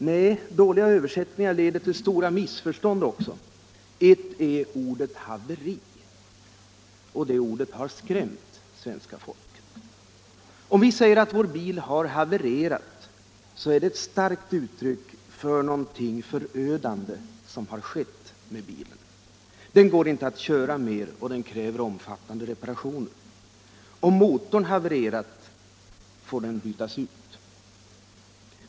Nej, dåliga översättningar leder också till stora missförstånd. Ett exempel är ordet haveri, ett ord som har skrämt svenska folket. Om vi säger att vår bil har havererat, är det ett starkt uttryck för att någonting förödande har skett. Bilen går inte att köra mer och kräver omfattande reparationer. Om motorn har havererat, får den bytas ut.